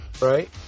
Right